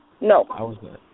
No